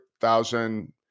thousand